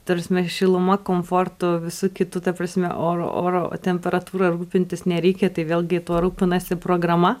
ta prasme šiluma komfortu visu kitu ta prasme oro oro temperatūra rūpintis nereikia tai vėlgi tuo rūpinasi programa